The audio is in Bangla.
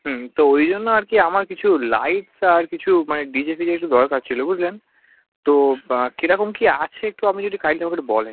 হুম তো ওই জন্য আর কি আমার কিছু লাইটস আর কিছু মানে ডিজে ফিজে একটু দরকার ছিলো বুঝলেন তো কেরকম কী আছে একটু আপনি যদি কাইন্ডলি আমাকে একটু বলেন